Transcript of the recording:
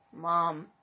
Mom